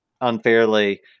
unfairly